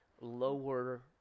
lower